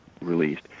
Released